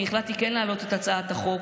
אני כן החלטתי להעלות את הצעת החוק,